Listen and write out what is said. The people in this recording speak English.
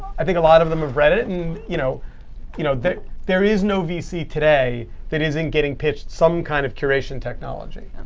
i think a lot of them have read it. and you know you know there there is no vc today that isn't getting pitched some kind of curation technology.